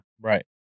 Right